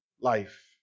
life